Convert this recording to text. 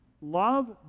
love